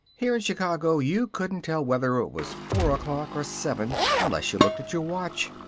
here in chicago you couldn't tell whether it was four o'clock or seven unless you looked at your watch.